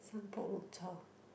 some